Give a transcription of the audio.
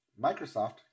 Microsoft